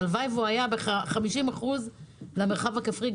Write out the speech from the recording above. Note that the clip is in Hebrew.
הלוואי והוא היה ב-50% במרחב הכפרי.